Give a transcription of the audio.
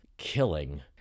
killing